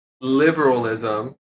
liberalism